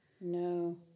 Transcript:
No